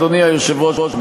אדוני היושב-ראש,